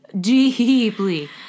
Deeply